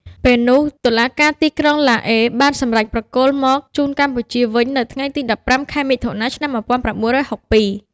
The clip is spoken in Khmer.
ពេលនោះ តុលាការទីក្រុងឡាអេបានសម្រេចប្រគល់មកជូនកម្ពុជាវិញនៅថ្ងៃទី១៥ ខែមិថុនា ឆ្នាំ១៩៦២។